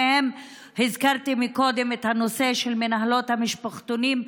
הזכרתי קודם את הנושא של מנהלות המשפחתונים,